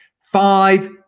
Five